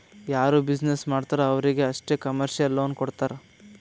ಯಾರು ಬಿಸಿನ್ನೆಸ್ ಮಾಡ್ತಾರ್ ಅವ್ರಿಗ ಅಷ್ಟೇ ಕಮರ್ಶಿಯಲ್ ಲೋನ್ ಕೊಡ್ತಾರ್